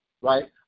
right